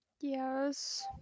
Yes